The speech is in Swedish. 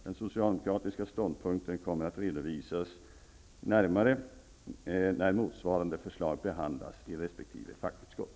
Den socialdemokratiska ståndpunkten kommer att redovisas närmare när motsvarande förslag behandlas i resp. fackutskott.